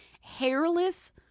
hairless